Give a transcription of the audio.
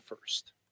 first